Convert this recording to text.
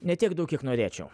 ne tiek daug kiek norėčiau